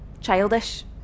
childish